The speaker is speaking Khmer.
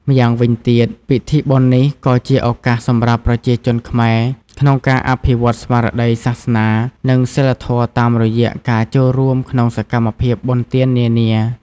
ម្យ៉ាងវិញទៀត ពិធីបុណ្យនេះក៏ជាឱកាសសម្រាប់ប្រជាជនខ្មែរក្នុងការអភិវឌ្ឍន៍ស្មារតីសាសនា និងសីលធម៌តាមរយៈការចូលរួមក្នុងសកម្មភាពបុណ្យទាននានា។